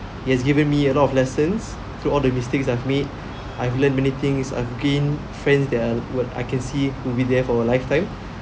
it has given me a lot of lessons to all the mistakes I've made I've learned many things I've gained friends that uh I can see will be there for a lifetime